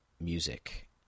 Music